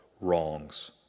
wrongs